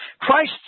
Christ